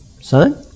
son